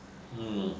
um